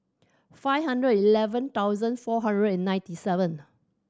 five hundred eleven thousand four hundred and ninety seven